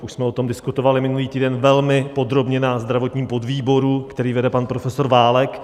Už jsme o tom diskutovali minulý týden velmi podrobně na zdravotním podvýboru, který vede pan profesor Válek.